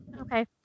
okay